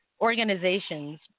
organizations